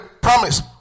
promise